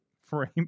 Frame